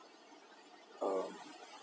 uh